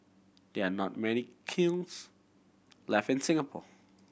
there are not many kilns left in Singapore